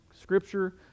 scripture